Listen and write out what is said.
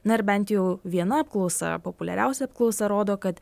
na ir bent jau viena apklausa populiariausia apklausa rodo kad